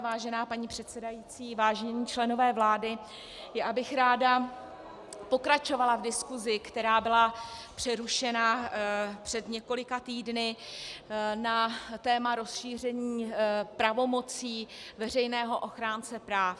Vážená paní předsedající, vážení členové vlády, ráda bych pokračovala v diskusi, která byla přerušena před několika týdny na téma rozšíření pravomocí veřejného ochránce práv.